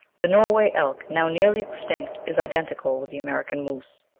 the norway elk, now nearly extinct, is identical with the american moose.